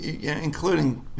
including